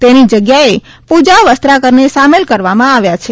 તેની જગ્યાએ પૂજા વસ્ત્રાકરને સામેલ કરવામાં આવી છે